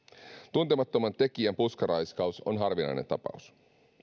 tuntemattoman tekijän puskaraiskaus on harvinainen tapaus